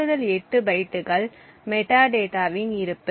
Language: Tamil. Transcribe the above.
கூடுதல் 8 பைட்டுகள் மெட்டாடேட்டாவின் இருப்பு